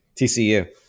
TCU